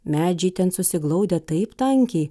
medžiai ten susiglaudę taip tankiai